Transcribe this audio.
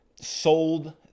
sold